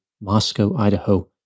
Moscow-Idaho